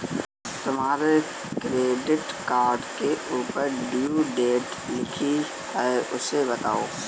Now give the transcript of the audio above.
तुम्हारे credit card के ऊपर ड्यू डेट लिखी है उसे बताओ